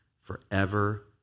forever